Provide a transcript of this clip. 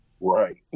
Right